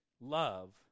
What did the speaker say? love